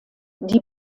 die